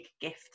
gift